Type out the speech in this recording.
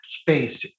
space